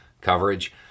coverage